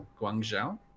Guangzhou